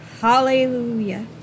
hallelujah